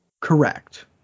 Correct